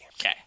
Okay